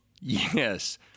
Yes